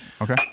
okay